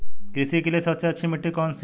कृषि के लिए सबसे अच्छी मिट्टी कौन सी है?